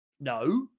No